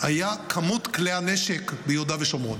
כמות כלי הנשק ביהודה ושומרון.